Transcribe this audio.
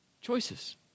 choices